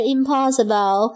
Impossible